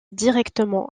directement